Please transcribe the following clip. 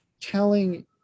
telling